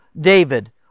David